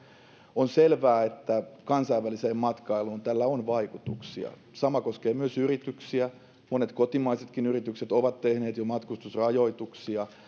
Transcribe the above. on selvää että kansainväliseen matkailuun tällä on vaikutuksia sama koskee myös yrityksiä monet kotimaisetkin yritykset ovat tehneet jo matkustusrajoituksia